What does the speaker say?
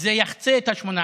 אז זה יחצה את ה-18.